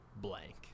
blank